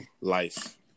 life